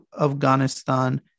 Afghanistan